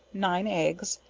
nine eggs,